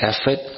effort